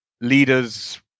leaders